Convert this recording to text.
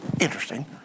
Interesting